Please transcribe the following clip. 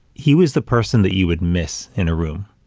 he was the person that you would miss in a room.